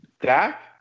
Dak